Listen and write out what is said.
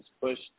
pushed